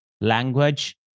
language